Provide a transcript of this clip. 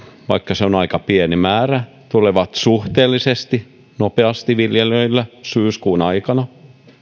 vaikka se on aika pieni määrä tulevat suhteellisesti nopeasti viljelijöille syyskuun aikana